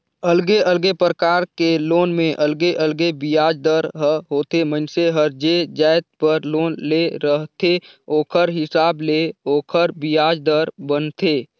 अलगे अलगे परकार के लोन में अलगे अलगे बियाज दर ह होथे, मइनसे हर जे जाएत बर लोन ले रहथे ओखर हिसाब ले ओखर बियाज दर बनथे